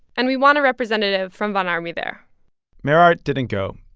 and we want a representative from von ormy there mayor art didn't go.